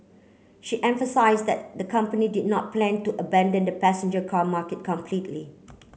she emphasise that the company did not plan to abandon the passenger car market completely